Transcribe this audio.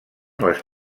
les